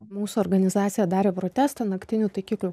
mūsų organizacija darė protestą naktinių taikiklių